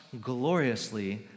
gloriously